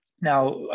Now